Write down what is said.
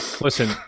Listen